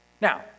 Now